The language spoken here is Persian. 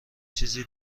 چیزی